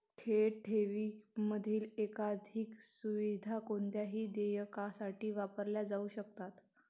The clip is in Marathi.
थेट ठेवींमधील एकाधिक सुविधा कोणत्याही देयकासाठी वापरल्या जाऊ शकतात